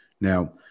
Now